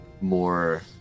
more